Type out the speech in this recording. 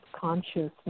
consciousness